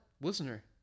Listener